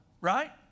Right